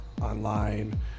Online